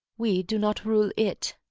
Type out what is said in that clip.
we do not rule it.